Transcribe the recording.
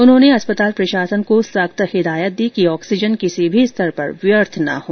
उन्होंने अस्पताल प्रशासन को सख्त हिदायत दी कि ऑक्सीजन किसी भी स्तर पर व्यर्थ नहीं हो